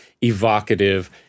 evocative